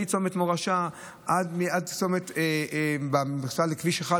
מצומת מורשה ועד הצומת בכניסה לכביש 1,